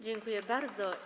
Dziękuję bardzo.